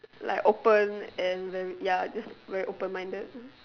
like open and very ya this very open-minded